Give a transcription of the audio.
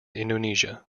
indonesia